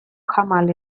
jamal